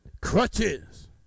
Crutches